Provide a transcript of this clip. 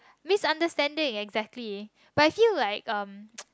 misunderstanding exactly but I feel like um